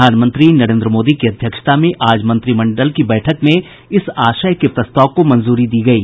प्रधानमंत्री नरेन्द्र मोदी की अध्यक्षता में आज मंत्रिमंडल की बैठक में इस आशय के प्रस्ताव को मंजूरी दी गयी